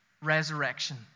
resurrection